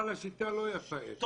אבל השיטה לא יפה, איתן.